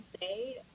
say